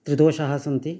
त्रिदोषाः सन्ति